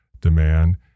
demand